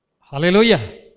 Hallelujah